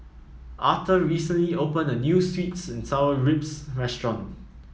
Auther recently opened a new sweet and Sour Pork Ribs restaurant